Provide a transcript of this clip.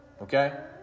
Okay